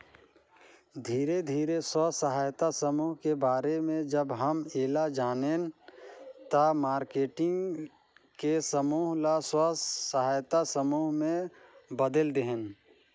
धीरे धीरे स्व सहायता समुह के बारे में जब हम ऐला जानेन त मारकेटिंग के समूह ल स्व सहायता समूह में बदेल देहेन